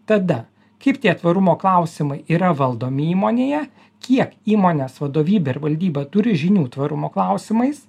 tada kaip tie tvarumo klausimai yra valdomi įmonėje kiek įmonės vadovybė ir valdyba turi žinių tvarumo klausimais